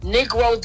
Negro